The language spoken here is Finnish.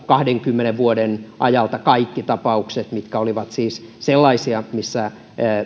kahdenkymmenen vuoden ajalta itse asiassa kaikki tapaukset mitkä olivat siis sellaisia missä